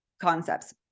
Concepts